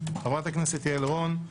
חברת הכנסת יעל רון,